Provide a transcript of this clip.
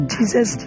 Jesus